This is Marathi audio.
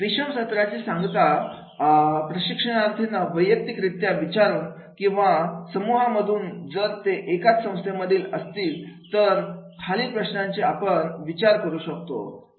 विशाल सत्राची सांगता प्रशिक्षणार्थींना वैयक्तिकरित्या विचारून किंवा समुहा मधून जर ते एकाच संस्थेमधील असतील तर खालील प्रश्नांचा आपण विचार करू शकतो